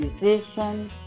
musician